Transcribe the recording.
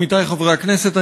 עמיתי חברי הכנסת,